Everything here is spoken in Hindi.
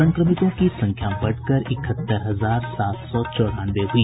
संक्रमितों की संख्या बढ़कर इकहत्तर हजार सात सौ चौरानवे हुई